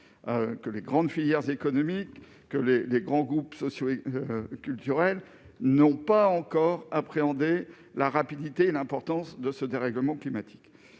Les grandes filières économiques, les grands groupes sociaux et culturels n'ont pas encore appréhendé la rapidité et l'importance du dérèglement climatique.